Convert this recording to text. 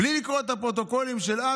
בלי לקרוא את הפרוטוקולים של אז,